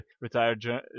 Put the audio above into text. retired